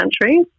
countries